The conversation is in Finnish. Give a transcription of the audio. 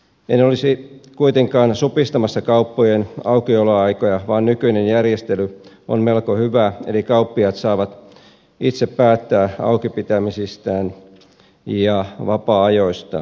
en olisi kuitenkaan supistamassa kauppojen aukioloaikoja vaan nykyinen järjestely on melko hyvä eli kauppiaat saavat itse päättää aukipitämisistään ja vapaa ajoistaan